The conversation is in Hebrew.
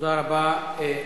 תודה רבה.